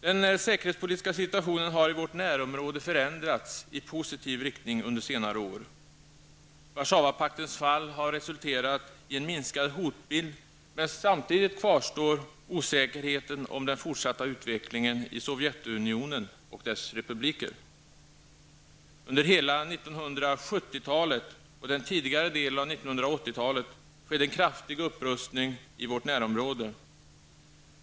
Den säkerhetspolitiska situationen har i vårt närområde förändrats i positiv riktning under senare år. Warszawapaktens fall har resulterat i en minskad hotbild, men samtidigt kvarstår osäkerheten om den fortsatta utvecklingen i Sovjetunionen och dess republiker. Under hela 1970-talet och den tidigare delen av 1980-talet skedde en kraftig upprustning i vårt närområde.